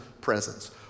presence